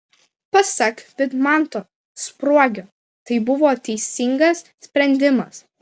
pasak vidmanto spruogio tai buvo teisingas sprendimas